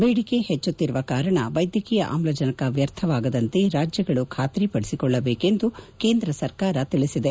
ಬೇದಿಕೆ ಹೆಚ್ಚುತ್ತಿರುವ ಕಾರಣ ವೈದ್ಯಕೀಯ ಆಮ್ಲಜನಕ ವ್ಯರ್ಥವಾಗದಂತೆ ರಾಜ್ಯಗಳು ಖಾತ್ರಿ ಪಡಿಸಿಕೊಳ್ಳಬೇಕು ಎಂದು ಕೇಂದ್ರ ಸರ್ಕಾರ ತಿಳಿಸಿದೆ